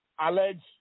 allege